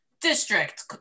district